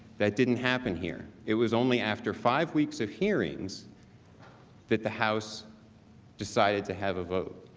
that didn't happen here. it was only after five weeks of hearings that the house decided to have a vote.